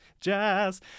Jazz